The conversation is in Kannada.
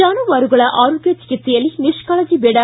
ಜಾನುವಾರುಗಳ ಆರೋಗ್ಯ ಚಿಕಿತ್ಸೆಯಲ್ಲಿ ನಿಷ್ಕಾಳಜಿ ಬೇಡ